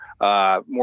more